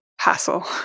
hassle